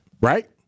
right